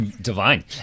Divine